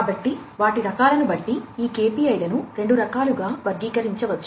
కాబట్టి ఈ KPI లను రెండు రకాలుగా వర్గీకరించవచ్చు